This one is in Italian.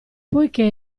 poichè